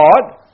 God